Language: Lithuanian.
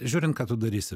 žiūrint ką tu darysi